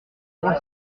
trois